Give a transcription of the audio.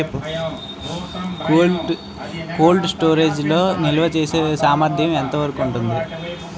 Cold storage లో నిల్వచేసేసామర్థ్యం ఎంత ఉంటుంది?